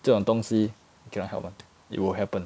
这种东西 cannot help [one] it will happen